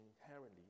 inherently